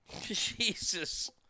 Jesus